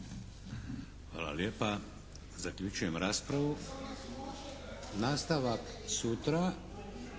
Hvala lijepa. Zaključujem raspravu. Nastavak sutra